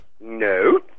No